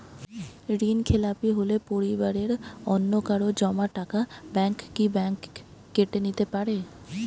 ঋণখেলাপি হলে পরিবারের অন্যকারো জমা টাকা ব্যাঙ্ক কি ব্যাঙ্ক কেটে নিতে পারে?